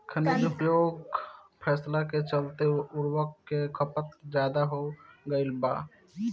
खनिज उपयोग फैलाव के चलते उर्वरक के खपत ज्यादा हो गईल बा